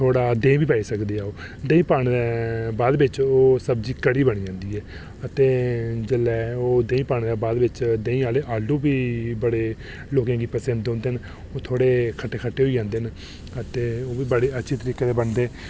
थोह्ड़ा देहीं बी पाई सकदियां देहींं पाने बाद बिच ओह् सब्जी कढ़ी बनी जंदी ऐ अते जेल्लै ओह देहीं पाने दे बाद बिच फ्ही आलू भी बड़े लोकें ई पसंद औंदे न ओह् थोह्ड़े खट्टे खट्टे होई जंदे न अते ओह् बी बड़े अच्छे तरीके दे बनदे न